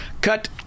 Cut